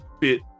bit